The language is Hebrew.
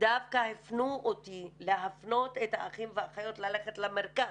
דווקא הפנו אותי להפנות את האחים והאחיות ללכת למרכז,